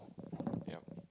yup